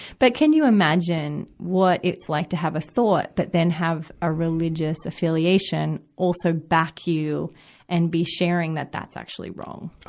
but can you imagine what it's like to have a thought that then have a religious affiliation also back you and be sharing that that's actually wrong? oh,